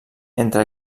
entre